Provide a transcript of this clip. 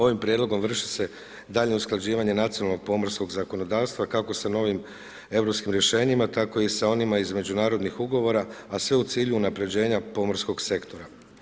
Ovim prijedlogom vrši se daljnje usklađivanje nacionalnog pomorskog zakonodavstva kako se novim europskim rješenjima tako i sa onima iz međunarodnih ugovora a sve u cilju unaprjeđenja pomorskog sektora.